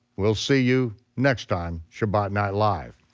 we'll see you next time shabbat night live.